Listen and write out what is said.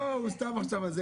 לא, הוא סתם עכשיו.